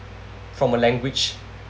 from a language